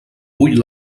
bull